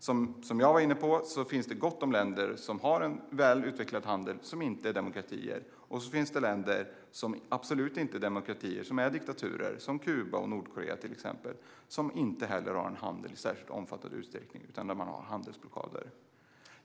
Som jag var inne på finns det gott om länder som har en väl utvecklad handel och som inte är demokratier, och så finns det länder som absolut inte är demokratier utan diktaturer, till exempel Kuba och Nordkorea. De har inte någon särskilt omfattande handel, utan där finns handelsblockader.